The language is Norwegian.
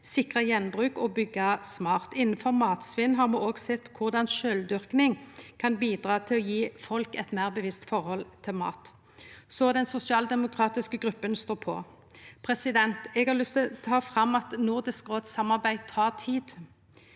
sikre gjenbruk og byggje smart. Innan matsvinn har me òg sett korleis sjølvdyrking kan bidra til å gje folk eit meir bevisst forhold til mat. Så den sosialdemokratiske gruppa står på. Eg har lyst til å trekkje fram at Nordisk råd-samarbeid tek tid,